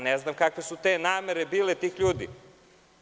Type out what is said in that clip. Ne znam kakve su bile namere tih ljudi.